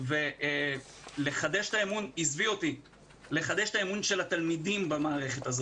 ולנסות לחדש את האמון של התלמידים במערכת.